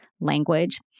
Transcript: language